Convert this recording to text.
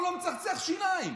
הוא לא מצחצח שיניים,